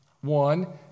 One